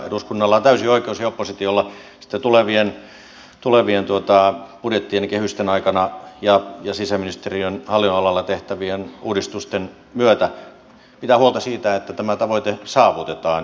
eduskunnalla on täysi oikeus ja oppositiolla sitten tulevien budjettien ja kehysten aikana ja sisäministeriön hallinnonalalla tehtävien uudistusten myötä pitää huolta siitä että tämä tavoite saavutetaan